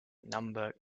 number